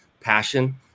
passion